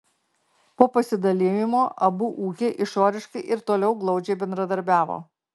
po pasidalijimo abu ūkiai išoriškai ir toliau glaudžiai bendradarbiavo